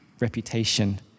reputation